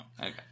okay